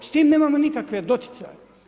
S tim nemamo nikakve doticaje.